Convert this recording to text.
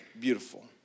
beautiful